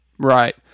Right